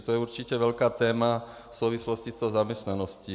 To je určitě velké téma v souvislosti s tou zaměstnaností.